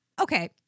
Okay